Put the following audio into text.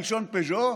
מלשון פז'ו,